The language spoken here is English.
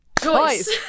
choice